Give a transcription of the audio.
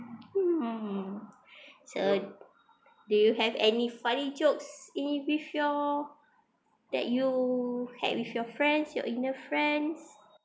mm so do you have any funny jokes any with your that you had with your friends your inner friends